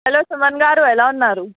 hello Suman garu ఎలా ఉన్నారు